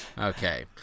okay